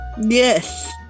Yes